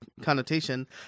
connotation